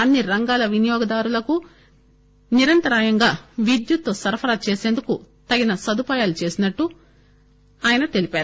అన్ని రంగాల వినియోగ దారులకు నిరంతరాయంగా విద్యుత్తు సరఫరా చేసేందుకు తగిన సదుపాయాలు చేసినట్లు ఆయన తెలిపారు